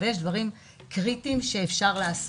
אבל יש דברים קריטיים שאפשר לעשות.